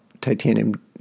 titanium